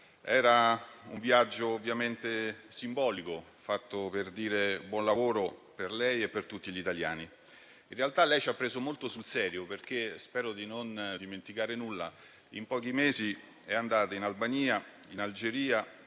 Era un viaggio ovviamente simbolico, per dire buon lavoro a lei e a tutti gli italiani. In realtà lei ci ha preso molto sul serio, perché - spero di non dimenticare nulla - in pochi mesi è andata in Albania, in Algeria,